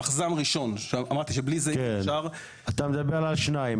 המחז"מ הראשון שבלי זה אי אפשר יש ראשון,